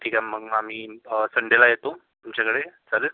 ठीक आहे मग मग आम्ही संध्याकाळी येतो तुमच्याकडे चालेल